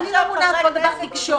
חוות הדעת ממשרדך זה תחת אחריותך.